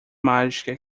mágica